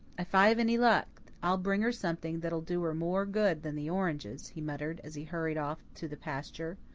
if i've any luck, i'll bring her something that'll do her more good than the oranges, he muttered, as he hurried off to the pasture.